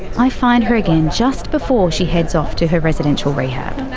i find her again just before she heads off to her residential rehab.